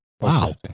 Wow